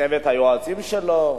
צוות היועצים שלו,